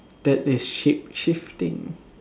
that is shape shifting